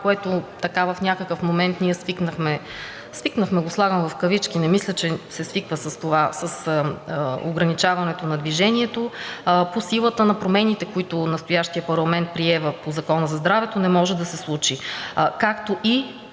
което в някакъв момент ние свикнахме – слагам го в кавички, не мисля, че се свиква с това, с ограничаването на движението. По силата на промените, които настоящият парламент прие в Закона за здравето, не може да се случи, както и